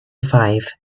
five